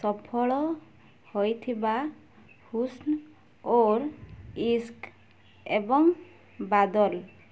ସଫଳ ହୋଇଥିବା ହୁସ୍ନ ଔର ଇଶ୍କ ଏବଂ ବାଦଲ